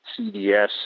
CDS